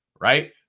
right